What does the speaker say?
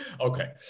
Okay